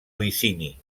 licini